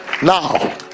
Now